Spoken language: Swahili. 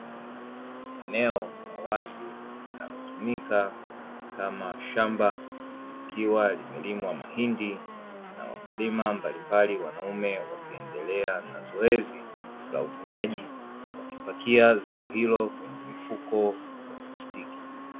Eneo la wazi linalotumika kama shamba, likiwa limelimwa mahindi na wakulima mbalimbali wanaume wakiendelea na zoezi la uvunaji wa kupakia zao hilo kwenye mifuko ya plastiki.